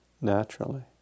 naturally